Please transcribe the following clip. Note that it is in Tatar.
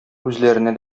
үзләренә